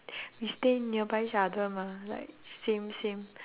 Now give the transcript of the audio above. we stay nearby each other mah like same same